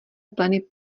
pleny